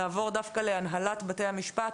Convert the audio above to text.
נעבור להנהלת בתי המשפט,